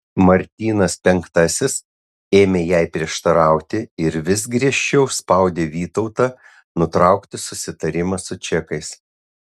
martynas penktasis ėmė jai prieštarauti ir vis griežčiau spaudė vytautą nutraukti susitarimą su čekais